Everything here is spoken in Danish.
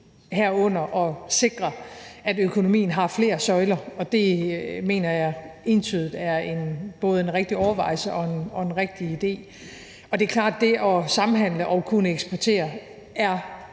herunder at sikre, at økonomien har flere søjler, og det mener jeg entydigt er en rigtig overvejelse og en rigtig idé. Det er klart, at det at samhandle og kunne eksportere er